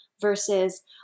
versus